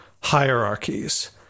hierarchies